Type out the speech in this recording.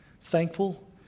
thankful